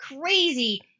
crazy